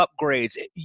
upgrades